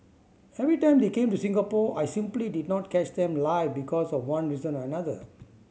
every time they came to Singapore I simply did not catch them live because of one reason or another